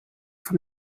from